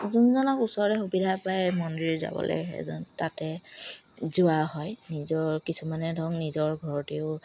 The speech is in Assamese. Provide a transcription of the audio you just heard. যোনজনক ওচৰতে সুবিধা পায় মন্দিৰ যাবলে সেইজন তাতে যোৱা হয় নিজৰ কিছুমানে ধৰক নিজৰ ঘৰতেও